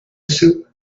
soup